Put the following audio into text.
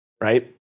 right